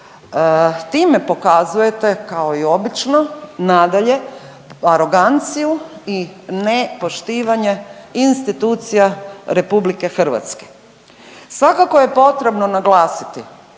Time pokazujete, kao i obično nadalje aroganciju i nepoštivanje institucija RH. Svakako je potrebno naglasiti